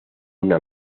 una